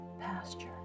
pasture